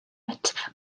but